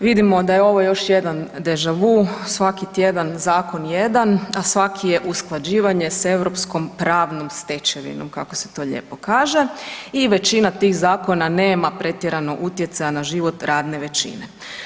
Vidimo da je ovo još jedan deja-vu svaki tjedan zakon jedan, a svaki je usklađivanje s europskom pravnom stečevinom kako se to lijepo kaže i većina tih zakona nema pretjerano utjecaja na život radne većine.